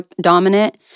dominant